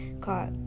caught